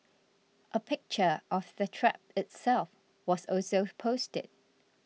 a picture of the trap itself was also posted